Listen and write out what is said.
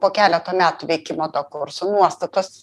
po keleto metų veikimo to kurso nuostatos